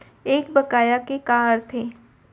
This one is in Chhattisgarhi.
एक बकाया के का अर्थ हे?